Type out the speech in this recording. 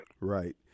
Right